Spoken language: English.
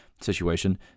situation